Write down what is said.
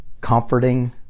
comforting